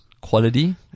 quality